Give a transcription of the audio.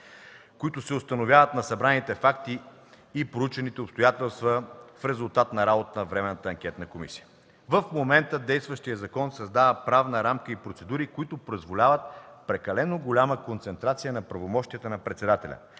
които се установяват на събраните факти и проучените обстоятелства в резултат на работата на Временната анкетна комисия. В момента действащият закон създава правна рамка и процедури, които позволяват прекалено голяма концентрация на правомощията на председателя